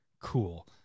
Cool